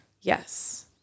Yes